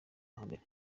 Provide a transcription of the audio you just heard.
hambere